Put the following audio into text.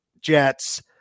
Jets